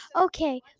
okay